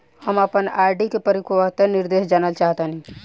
हम आपन आर.डी के परिपक्वता निर्देश जानल चाहत बानी